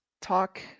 talk